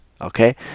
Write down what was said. Okay